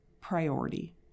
priority